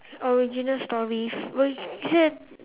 original story well you say